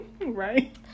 Right